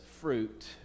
fruit